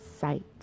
sight